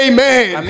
Amen